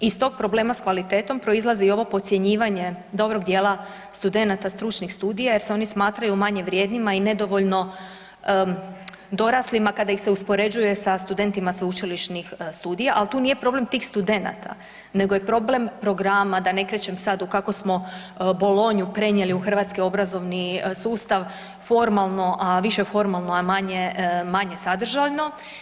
Iz tog problema s kvalitetom, proizlazi i ovo podcjenjivanje dobrog djela studenata stručnih studija jer se oni smatraju manje vrijednima i nedovoljno doraslima kada ih se uspoređuje sa studentima sveučilišnih studija ali tu nije problem tih studenata nego je problem programa, da ne krećem sad tu kako smo bolonju prenijeli u hrvatski obrazovni sustav, formalno, više formalno a manje sadržajno.